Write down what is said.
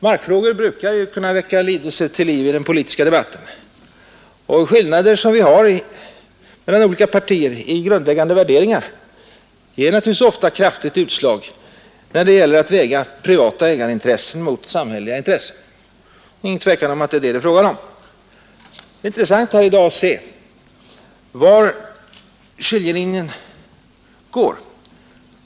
Markfrågor brukar kunna väcka lidelser till liv i den politiska debatten. Skillnader i grundläggande värderingar ger ofta kraftigt utslag när det gäller att väga privata ägarintressen mot samhälleliga intressen. Men det intressanta i dag är att se var skiljelinjen går.